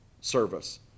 service